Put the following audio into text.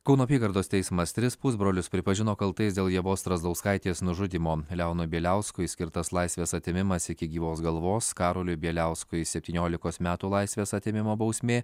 kauno apygardos teismas tris pusbrolius pripažino kaltais dėl ievos strazdauskaitės nužudymo leonui bieliauskui skirtas laisvės atėmimas iki gyvos galvos karoliui bieliauskui septyniolikos metų laisvės atėmimo bausmė